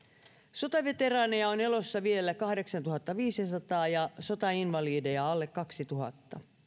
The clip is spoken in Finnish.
sotaveteraaneja on elossa vielä kahdeksantuhattaviisisataa ja sotainvalideja alle kahdenneksituhannenneksi